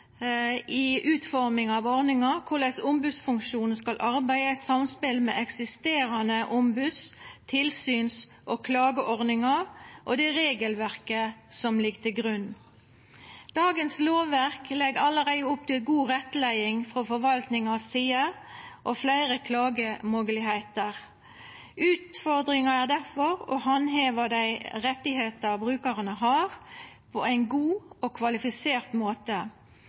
i utforminga av ordninga korleis ombodsfunksjonen skal arbeida i samspel med eksisterande ombods- , tilsyns- og klageordningar og det regelverket som ligg til grunn. Dagens lovverk legg allereie opp til ei god rettleiing frå forvaltinga si side og fleire klagemoglegheiter. Utfordringa er difor å handheva dei rettane brukarane har, på ein god og kvalifisert måte.